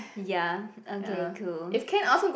ya okay cool